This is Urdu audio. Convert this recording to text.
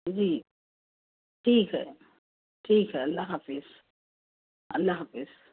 جی ٹھیک ہے ٹھیک ہے اللہ حافظ اللہ حافظ